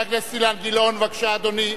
חבר הכנסת אילן גילאון, בבקשה, אדוני.